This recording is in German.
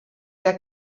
der